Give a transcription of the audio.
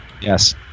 Yes